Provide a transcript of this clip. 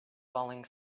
falling